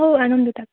ହଉ ଆଣନ୍ତୁ ତା'କୁ